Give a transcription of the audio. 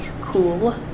cool